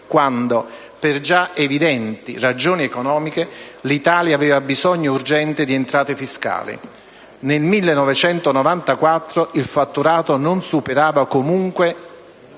quando, per già evidenti ragioni economiche, l'Italia aveva bisogno urgente di entrate fiscali. Nel 1994, il fatturato non superava comunque